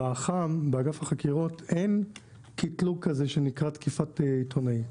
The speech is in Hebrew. באח"ם באגף החקירות אין קטלוג כזה שנקרא תקיפת עיתונאים,